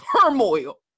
turmoil